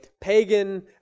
pagan